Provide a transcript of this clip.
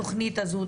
התוכנית הזאת.